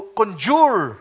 conjure